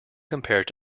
compared